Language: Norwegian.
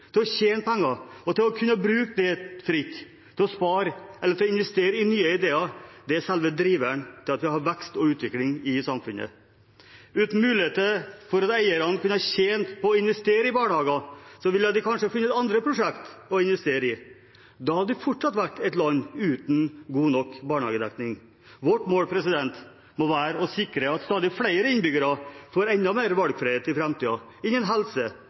til å tjene penger og til å kunne bruke dem fritt, til å spare eller til å investere i nye ideer. Det er selve driveren til at vi har vekst og utvikling i samfunnet. Uten muligheter for eierne til å kunne tjene på å investere i barnehager ville de kanskje ha funnet andre prosjekter å investere i. Da hadde vi fortsatt vært et land uten god nok barnehagedekning. Vårt mål må være å sikre at stadig flere innbyggere får enda mer valgfrihet i framtiden – innen helse,